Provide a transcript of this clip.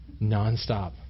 nonstop